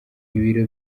ibiro